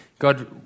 God